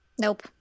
Nope